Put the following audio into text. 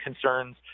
concerns